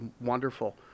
wonderful